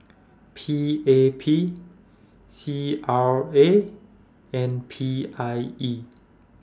P A P C R A and P I E